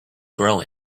grow